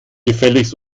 gefälligst